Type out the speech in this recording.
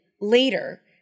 later